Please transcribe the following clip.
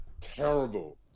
Terrible